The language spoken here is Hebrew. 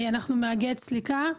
אנחנו מאגד סליקה.